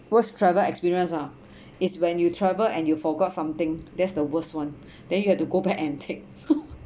worst travel experience ah is when you travel and you forgot something that's the worst one then you have to go back and take